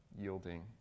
yielding